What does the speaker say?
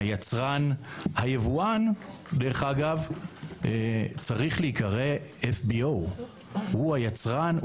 היבואן, דרך אגב, צריך להיקרא FBO. הוא היצרן.